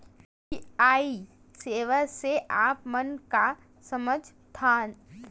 UPI सेवा से आप मन का समझ थान?